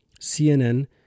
CNN